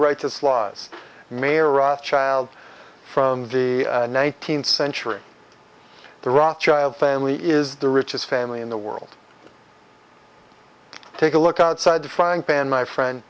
writes it's laws meyrav child from the nineteenth century the rothschild family is the richest family in the world take a look outside the frying pan my friend